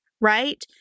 right